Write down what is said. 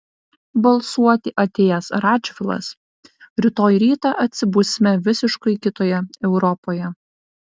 balsuoti atėjęs radžvilas rytoj rytą atsibusime visiškai kitoje europoje